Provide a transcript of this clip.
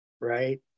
right